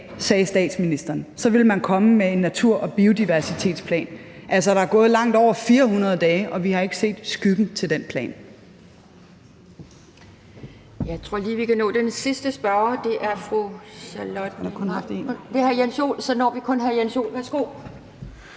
sagde statsministeren, ville komme med en natur- og biodiversitetsplan. Altså, der er gået over 400 dage, og vi har ikke set skyggen af den plan.